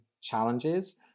challenges